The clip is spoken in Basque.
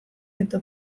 eta